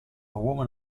woman